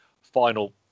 final